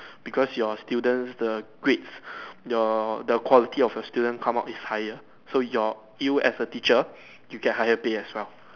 because your students the grades your the quality of your student come out is higher so your you as a teacher you get higher pay as well